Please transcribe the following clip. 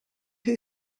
who